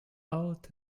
out